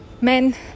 men